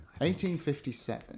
1857